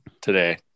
today